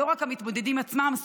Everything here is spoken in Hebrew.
לא רק המתמודדים עצמם,